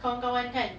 kawan-kawan kan